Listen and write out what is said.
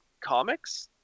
comics